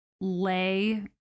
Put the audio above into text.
lay